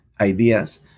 ideas